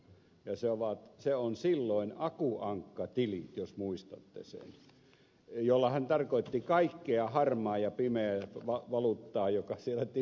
ja se oli silloin aku ankka tilit jos muistatte sen millä hän tarkoitti kaikkea harmaata ja pimeää valuuttaa joka siellä tileillä oli